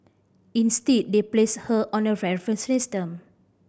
instead they placed her on a reference system